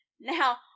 Now